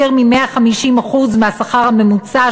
יותר מ-150% השכר הממוצע,